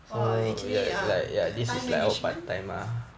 !wah! actually uh time management